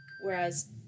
Whereas